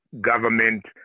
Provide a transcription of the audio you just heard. government